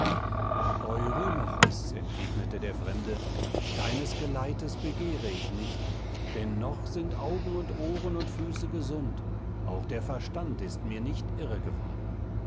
entgegnete der fremde deines geleites begehre ich nicht denn noch sind augen und ohren und füße gesund auch der verstand ist mir nicht irre geworden